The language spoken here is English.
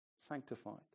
sanctified